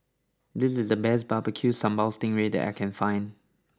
this is the best Barbecue Sambal Sting Ray that I can find